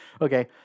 Okay